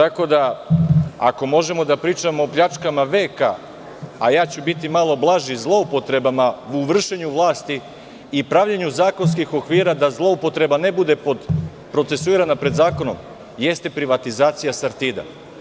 Ako možemo da pričamo o pljačkama veka, a ja ću biti malo blaži, zloupotrebama u vršenju vlasti i pravljenju zakonskih okvira, da zloupotreba ne bude procesuirana pred zakonom jeste privatizacija „Sartida“